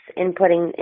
inputting